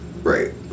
right